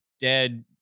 dead